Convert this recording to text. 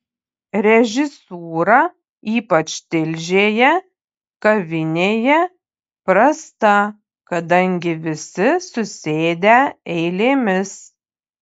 režisūra ypač tilžėje kavinėje prasta kadangi visi susėdę eilėmis